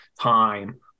time